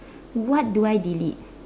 what do I delete